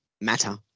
matter